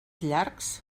llargs